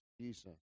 Jesus